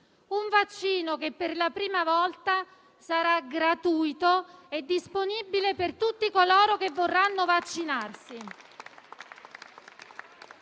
un vaccino che, per la prima volta, sarà gratuito e disponibile per tutti coloro che vorranno vaccinarsi.